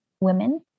women